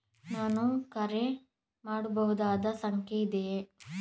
ನಾನು ಕರೆ ಮಾಡಬಹುದಾದ ಸಂಖ್ಯೆ ಇದೆಯೇ?